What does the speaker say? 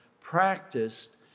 practiced